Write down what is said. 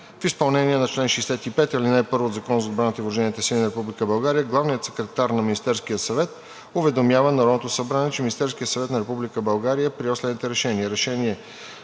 В изпълнение на чл. 65, ал. 1 от Закона за отбраната и въоръжените сили на Република България главният секретар на Министерския съвет уведомява Народното събрание, че Министерският съвет на Република България е приел следните решения: